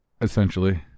essentially